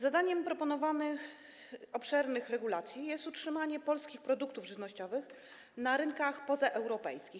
Zadaniem proponowanych obszernych regulacji jest utrzymanie polskich produktów żywnościowych na rynkach pozaeuropejskich.